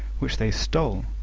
which they stole,